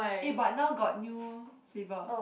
eh but now got new flavour